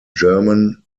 german